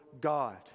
God